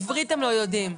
עברית הם לא יודעים.